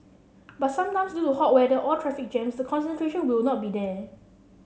but sometimes due to hot weather or traffic jams the concentration will not be there